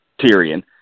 Tyrion